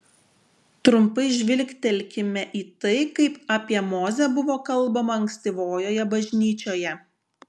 trumpai žvilgtelkime į tai kaip apie mozę buvo kalbama ankstyvojoje bažnyčioje